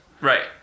Right